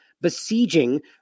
besieging